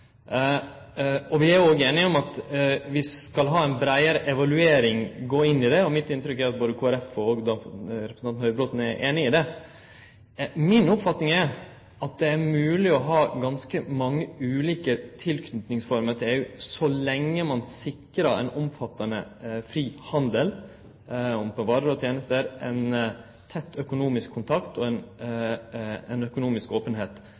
einige om at vi skal ha ei breiare evaluering, gå inn i det, og mitt inntrykk er at både Kristeleg Folkeparti og representanten Høybråten er einig i det. Mi oppfatning er at det er mogleg å ha ganske mange ulike tilknytingsformer til EU så lenge ein sikrar ein omfattande fri handel på varer og tenester, ein tett økonomisk kontakt og ei økonomisk openheit.